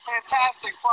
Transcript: Fantastic